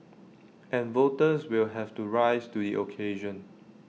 and voters will have to rise to IT occasion